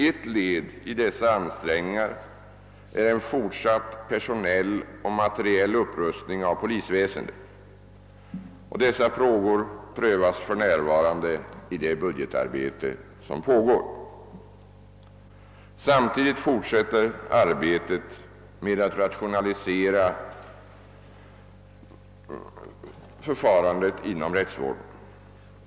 Ett led i dessa ansträngningar är en fortsatt personell och materiell upprustning av polisväsendet. Dessa frågor prövas för närvarande i det budgetarbete som pågår. Samtidigt fortsätter arbetet med att rationalisera förfarandet inom rättsvården.